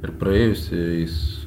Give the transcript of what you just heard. ir praėjusiais